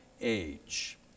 age